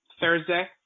Thursday